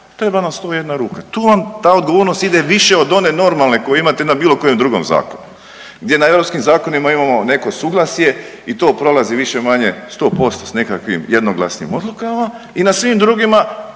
Tu je uglavnom 101 ruka. Tu vam ta odgovornost ide više od one normalne koju imate na bilo kojem drugom zakonu, gdje na europskim zakonima imamo neko suglasje i to prolazi više-manje sto posto sa nekakvim jednoglasnim odlukama i na svim drugima